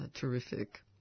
terrific